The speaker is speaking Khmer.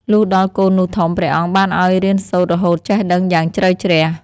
លុះដល់កូននោះធំ ព្រះអង្គបានឱ្យរៀនសូត្ររហូតចេះដឹងយ៉ាងជ្រៅជ្រះ។